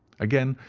again,